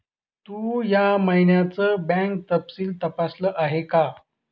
तू या महिन्याचं बँक तपशील तपासल आहे का?